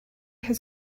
has